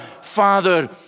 Father